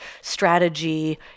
strategy